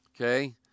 Okay